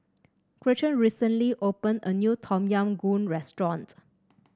Gretchen recently opened a new Tom Yam Goong restaurant